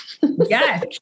Yes